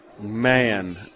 Man